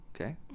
Okay